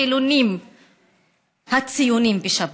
החילונים הציונים בשבת,